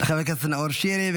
חבר הכנסת נאור שירי.